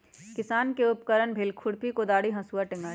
किसान के उपकरण भेल खुरपि कोदारी हसुआ टेंग़ारि